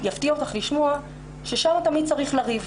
יפתיע אותך לשמוע ששם תמיד צריך לריב,